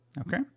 okay